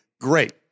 great